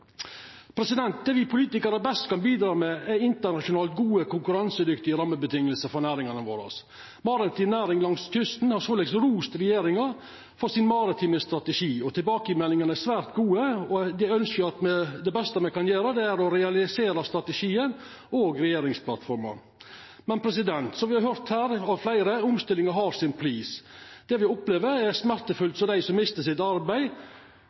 Det me politikarar best kan bidra med, er internasjonalt gode konkurransedyktige rammevilkår for næringane våre. Maritim næring langs kysten har såleis rost regjeringa for hennar maritime strategi. Tilbakemeldingane er svært gode, og det beste me kan gjera, er å realisera strategien og regjeringsplattforma. Men som me har høyrt av fleire her – omstillinga har sin pris. Det me opplever, er smertefullt for dei som mistar arbeidet sitt,